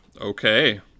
okay